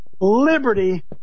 liberty